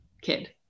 kid